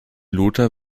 luther